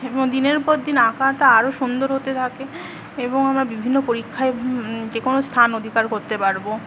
এবং দিনের পর দিন আঁকাটা আরো সুন্দর হতে থাকে এবং আমরা বিভিন্ন পরীক্ষায় যেকোনো স্থান অধিকার করতে পারবো